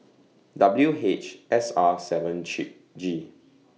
W H S R seven G